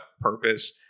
purpose